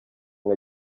nka